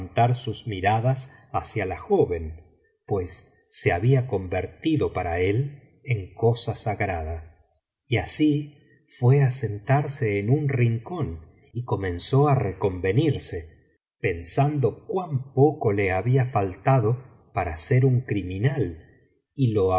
sus miradas hacia la joven pues se había convertido para él en cosa sagrada y así fué á sentarse en un rincón y comenzó á reconvenirse pensando cuan poco le había faltado para ser un criminal y lo